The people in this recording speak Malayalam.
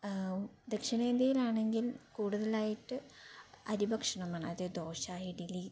ദക്ഷിണേന്ത്യയിലാണെങ്കിൽ കൂടുതലായിട്ട് അരി ഭക്ഷണമാണ് അത് ദോശ ഇഡ്ഡലി